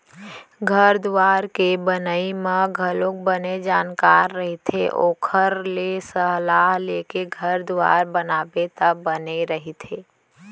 घर दुवार के बनई म घलोक बने जानकार रहिथे ओखर ले सलाह लेके घर दुवार बनाबे त बने रहिथे